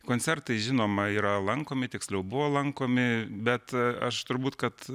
koncertai žinoma yra lankomi tiksliau buvo lankomi bet aš turbūt kad